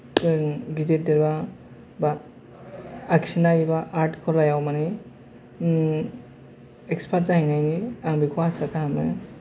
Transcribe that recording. paint बिलिरग्राया बा आखिनाय एबा आर्टफोराव माने एक्सपार्ट जाहैनायनि आं बेखौ आसा खालामो